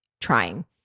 trying